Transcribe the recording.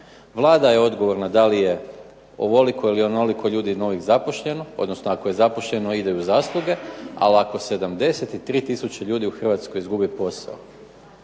Vlada je odgovorna da li je ovoliko ili onoliko ljudi novih zaposleno, odnosno ako je zaposleno ide u zasluge, ali ako 73 tisuće u Hrvatskoj izgubi posao,